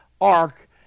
ark